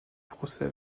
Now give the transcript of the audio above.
procès